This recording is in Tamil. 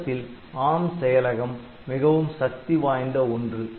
மொத்தத்தில் ARM செயலகம் மிகவும் சக்தி வாய்ந்த ஒன்று